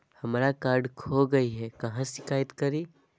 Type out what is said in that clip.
हमरा कार्ड खो गई है, कहाँ शिकायत करी?